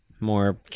more